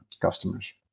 customers